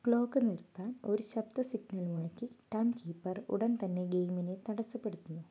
clock നിർത്താൻ ഒരു ശബ്ദ സിഗ്നൽ മുഴക്കി ടൈംകീപ്പർ ഉടൻ തന്നെ ഗെയിമിനെ തടസ്സപ്പെടുത്തുന്നു